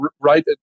right